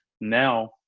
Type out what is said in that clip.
now